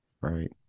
Right